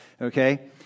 Okay